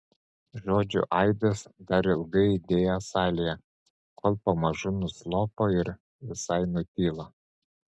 žodžių aidas dar ilgai aidėjo salėje kol pamažu nuslopo ir visai nutilo